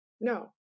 No